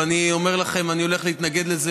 ואני אומר לכם שאני הולך להתנגד לזה